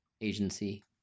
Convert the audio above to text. agency